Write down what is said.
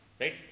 right